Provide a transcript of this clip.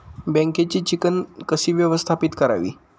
बँकेची चिकण कशी व्यवस्थापित करावी?